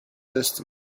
distance